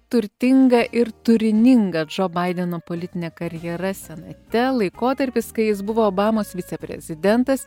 turtinga ir turininga džo baideno politinė karjera senate laikotarpis kai jis buvo obamos viceprezidentas